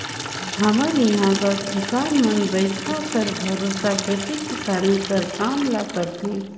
हमर इहां कर किसान मन बरिखा कर भरोसे खेती किसानी कर काम ल करथे